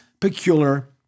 peculiar